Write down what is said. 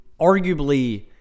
arguably